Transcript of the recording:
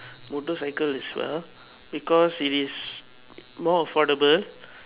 motorcycle as well because it is more affordable